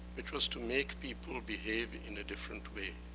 which was to make people behave in a different way.